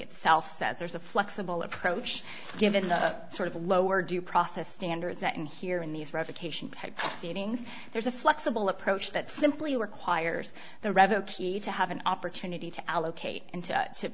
itself says there's a flexible approach given the sort of lower due process standards that in here in these revocation type seedings there's a flexible approach that simply requires the rev a key to have an opportunity to allocate and to